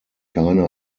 keine